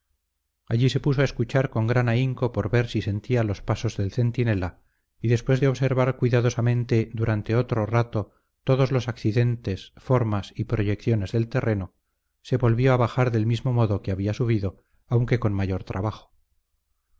allí se puso a escuchar con gran ahínco por ver si sentía los pasos del centinela y después de observar cuidadosamente durante otro rato todos los accidentes formas y proyecciones del terreno se volvió a bajar del mismo modo que había subido aunque con mayor trabajo